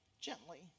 gently